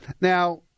Now